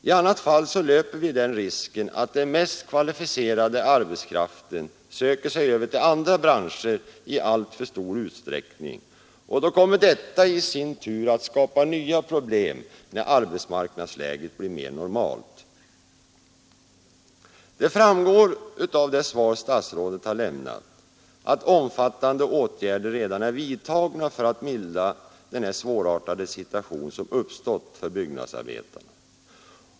I annat fall löper vi risken att den mest kvalificerade arbetskraften söker sig över till andra branscher i alltför stor utsträckning. Detta kommer i sin tur att skapa nya problem, när arbetsmarknadsläget blir mera normalt. Det framgår av det svar statsrådet har lämnat att omfattande åtgärder redan är vidtagna för att mildra den svårartade situation som uppstått för byggnadsarbetarna.